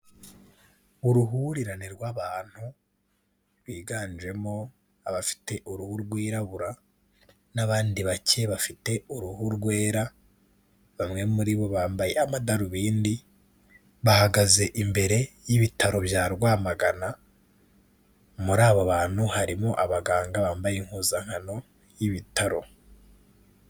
Uruhurirane rw'abantu biganjemo abafite uruhu rwirabura n'abandi bake bafite uruhu rwera, bamwe muri bo bambaye amadarubindi bahagaze imbere y'ibitaro bya Rwamagana muri abo bantu harimo abaganga bambaye impuzankano y'ibitaro.